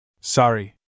Sorry